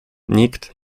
nikt